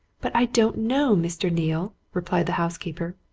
but i don't know, mr. neale, replied the housekeeper.